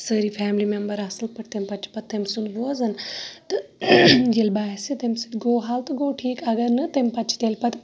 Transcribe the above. سٲری family member اَصل پٲٹھۍ تمہ پَتہٕ چھِ پَتہٕ تٔمٗۍ سُنٛد بوزان تہٕ ییٚلہِ باسہِ تمہ سۭتۍ گو حَل تہٕ گو ٹھیٖک اَگَر نہٕ تمہ پَتہٕ چھِ تیٚلہِ پَتہٕ